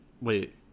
Wait